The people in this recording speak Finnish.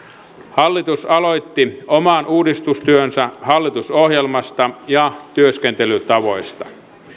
hallitus aloitti oman uudistustyönsä hallitusohjelmasta ja työskentelytavoista